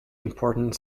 important